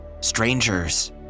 strangers